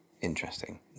interesting